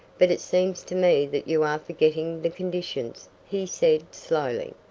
but it seems to me that you are forgetting the conditions, he said, slowly.